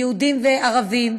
יהודים וערבים,